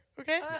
Okay